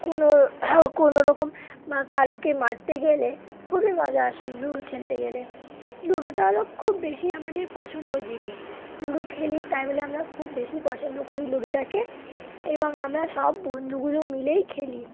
কোনো কোনোরকম বা কারোকে মারতে গেলে খুবই মজা আসে লুডো খেলতে গেলে লুডোটা হলো খুব বেশি আমাদের পছন্দের জিনিস লুডো খেলি তাই বলে আমরা খুব বেশি পছন্দ করি লুডোটাকে এবং আমরা সব বন্ধুগুলো মিলেই খেলি